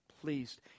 pleased